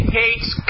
hates